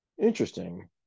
interesting